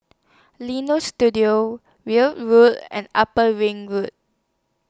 Leonie Studio Weld Road and Upper Ring Road